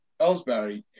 Ellsbury